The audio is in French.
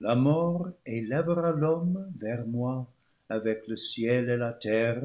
la mort élèvera l'homme vers moi avec le ciel et la terre